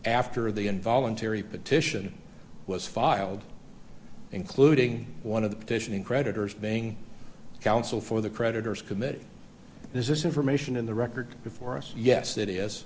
after the involuntary petition was filed including one of the petitioning creditors being counsel for the creditors committee there's this information in the record before us yes that is